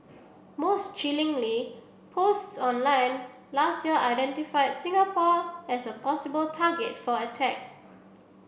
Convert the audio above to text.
most chillingly posts online last year identified Singapore as a possible target for attack